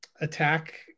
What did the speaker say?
attack